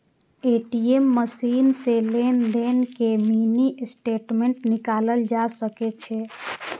ATM machine सं लेनदेन के मिनी स्टेटमेंट निकालल जा सकै छै